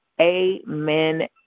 amen